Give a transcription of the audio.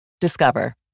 Discover